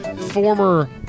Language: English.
former